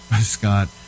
Scott